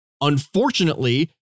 unfortunately